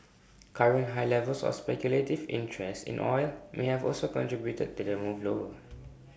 current high levels of speculative interest in oil may have also contributed to the move lower